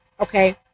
okay